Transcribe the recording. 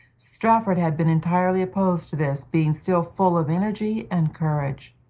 strafford had been entirely opposed to this, being still full of energy and courage.